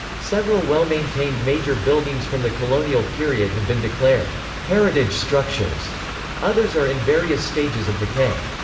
several well-maintained major buildings from the colonial period have been declared heritage structures others are in various stages of decay.